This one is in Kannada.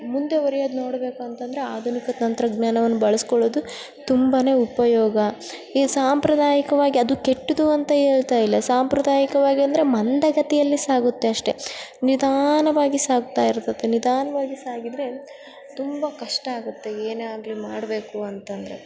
ಮುಂದುವರಿಯೋದು ನೋಡಬೇಕು ಅಂತಂದ್ರೆ ಆಧುನಿಕ ತಂತ್ರಜ್ಞಾನವನ್ನು ಬಳಸಿಕೊಳ್ಳೋದು ತುಂಬನೆ ಉಪಯೋಗ ಈ ಸಾಂಪ್ರದಾಯಿಕವಾಗಿ ಅದು ಕೆಟ್ಟದ್ದು ಅಂತ ಹೇಳ್ತಾಯಿಲ್ಲ ಸಾಂಪ್ರದಾಯಿಕವಾಗಿ ಅಂದರೆ ಮಂದಗತಿಯಲ್ಲಿ ಸಾಗುತ್ತೆ ಅಷ್ಟೇ ನಿಧಾನವಾಗಿ ಸಾಗ್ತಾ ಇರ್ತದೆ ನಿಧಾನವಾಗಿ ಸಾಗಿದರೆ ತುಂಬ ಕಷ್ಟ ಆಗುತ್ತೆ ಏನೇ ಆಗಲಿ ಮಾಡಬೇಕು ಅಂತ ಅಂದರೆ